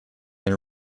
and